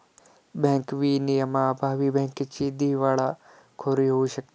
bank विनियमांअभावी बँकेची दिवाळखोरी होऊ शकते